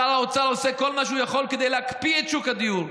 שר האוצר עושה כל מה שהוא יכול כדי להקפיא את שוק הדיור,